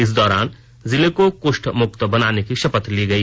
इस दौरान जिले को कुष्ठ मुक्त बनाने की शपथ ली गई